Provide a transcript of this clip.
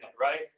Right